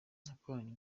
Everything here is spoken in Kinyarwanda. nakoranye